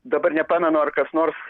dabar nepamenu ar kas nors